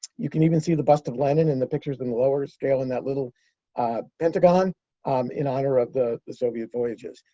you can even see the bust of lenin in the pictures in lower scale in that little pentagon um in honor of the the soviet voyages.